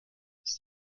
ist